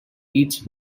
each